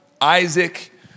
Isaac